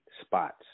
spots